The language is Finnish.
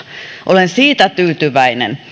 olen siitä tyytyväinen